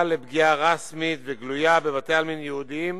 לפגיעה רשמית וגלויה בבתי-עלמין יהודיים